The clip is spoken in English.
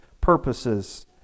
purposes